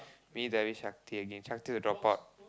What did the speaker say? me Darvis Shakti again Shakti the dropout